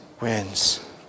wins